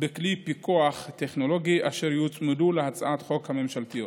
בכלי פיקוח טכנולוגי אשר יוצמדו להצעת החוק הממשלתית.